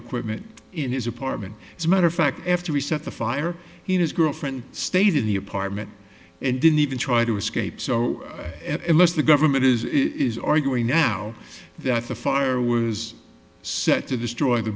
equipment in his apartment as a matter of fact after he set the fire he and his girlfriend stayed in the apartment and didn't even try to escape so unless the government is arguing now that the fire was set to destroy the